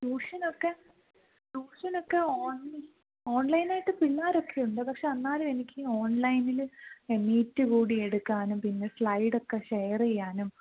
tuition ഒക്കെ tuition ഒക്കെ on online ആയിട്ട് പിള്ളേർ ഒക്കെയുണ്ട് പക്ഷേ എന്നാലും എനിക്ക് ഓണ്ലൈനിൽ മീറ്റ് കൂടി എടുക്കാനും പിന്നെ സ്ലൈഡ് ഒക്കെ ഷെയർ ചെയ്യാനും